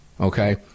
okay